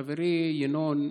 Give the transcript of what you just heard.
חברי ינון,